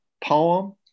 poem